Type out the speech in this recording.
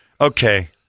Okay